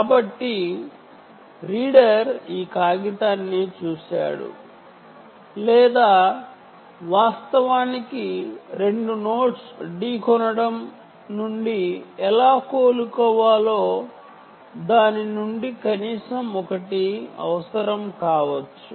కాబట్టి రీడర్ ఈ పేపర్ ని చూశాడు లేదా వాస్తవానికి 2 నోడ్స్ ఢీ కొనడం నుండి ఎలా కోలుకోవాలో దాని నుండి కనీసం ఒకటి అయినా తిరిగి పొందగలగాలి